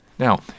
Now